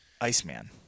Iceman